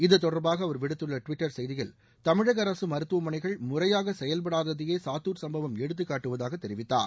இத்தொடர்பாக அவர் விடுத்துள்ள ஒரு டுவிட்டர் செய்தியில் தமிழக அரசு மருத்துவமனைகள் முறையாக செயல்படாததையே சாத்தூர் சம்பவம் எடுத்துக் காட்டுவதாக தெரிவித்தார்